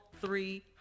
three